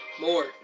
more